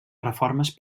reformes